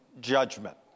judgment